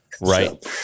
Right